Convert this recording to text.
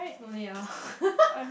no need ah